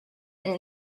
and